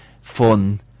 fun